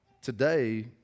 Today